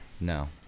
No